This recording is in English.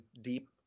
deep